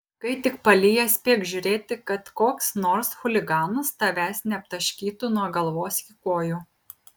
kai tik palyja spėk žiūrėti kad koks nors chuliganas tavęs neaptaškytų nuo galvos iki kojų